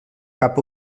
cap